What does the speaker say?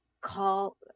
call